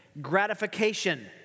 gratification